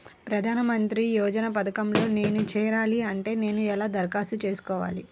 ప్రధాన మంత్రి యోజన పథకంలో నేను చేరాలి అంటే నేను ఎలా దరఖాస్తు చేసుకోవాలి?